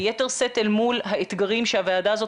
ביתר שאת אל מול האתגרים שהוועדה הזאת